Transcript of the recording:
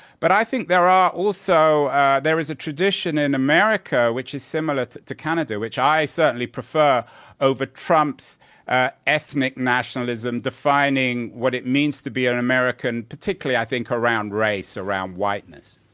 but i think there are also there is a tradition in america which is similar to to canada, which i certainly prefer over trump's ah ethnic nationalism, defining what it means to be an american, particularly, i think, around race, around whiteness.